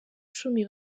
cumi